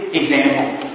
examples